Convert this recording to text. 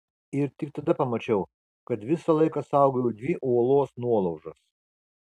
ir tik tada pamačiau kad visą laiką saugojau dvi uolos nuolaužas